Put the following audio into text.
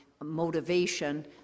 motivation